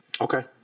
Okay